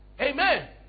Amen